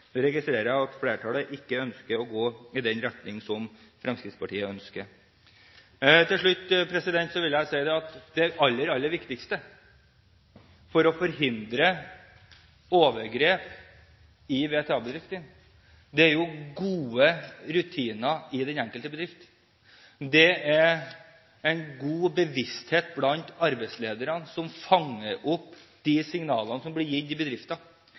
Jeg registrerer at flertallet ikke ønsker å gå i den retning som Fremskrittspartiet ønsker. Til slutt vil jeg si at det aller viktigste for å forhindre overgrep i VTA-bedrifter er gode rutiner i den enkelte bedrift, en bevissthet blant arbeidslederne, slik at en fanger opp de signalene som blir gitt i